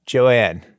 Joanne